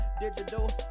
digital